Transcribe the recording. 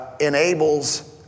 enables